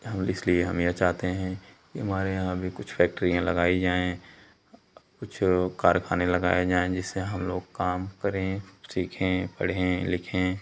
हम इसलिए हम यह चाहते हैं कि हमारे यहाँ भी कुछ फैक्ट्रियाँ लगाई जाएं कुछ कारख़ाने लगाएं जाएँ जिससे हम लोग काम करें सीखें पढ़ें लिखें